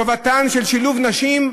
טובתן, שילוב נשים,